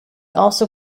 also